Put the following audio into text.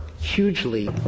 hugely